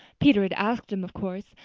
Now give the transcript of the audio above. peter had asked him, of course,